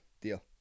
Deal